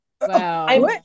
Wow